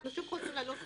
אנחנו שוב חוזרים ללופ,